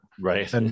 right